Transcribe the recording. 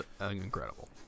Incredible